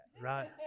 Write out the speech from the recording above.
right